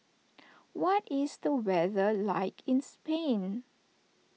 what is the weather like in Spain